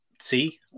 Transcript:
see